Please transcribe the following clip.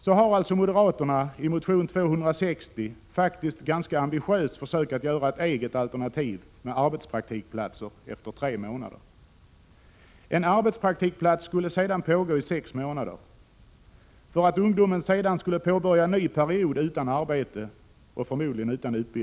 Så har moderaterna i motion 260 faktiskt ambitiöst försökt att göra ett eget alternativ med arbetspraktikplatser efter tre månader. En arbetspraktikplats skulle vara i sex månader, för att ungdomen sedan skulle påbörja en ny period utan arbete och utbildning.